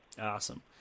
Awesome